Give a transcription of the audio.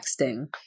texting